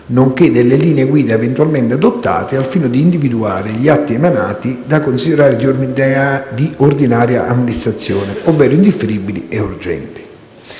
nonché delle linee guida eventualmente adottate al fine di individuare gli atti emanati da considerare di ordinaria amministrazione, ovvero indifferibili e urgenti.